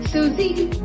Susie